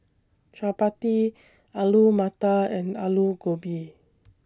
Chapati Alu Matar and Alu Gobi